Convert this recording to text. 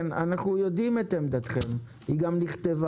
כן, אנחנו יודעים את עמדתכם, היא גם נכתבה.